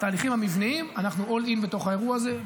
בתהליכים המבנים אנחנו all in בתוך האירוע הזה,